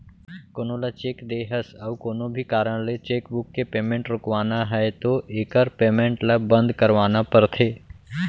कोनो ल चेक दे हस अउ कोनो भी कारन ले चेकबूक के पेमेंट रोकवाना है तो एकर पेमेंट ल बंद करवाना परथे